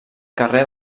carrer